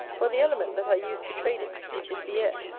for the element that i use to trade in, which is the air,